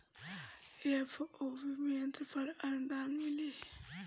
FPO P यंत्र पर आनुदान मिँली?